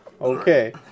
Okay